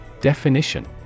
Definition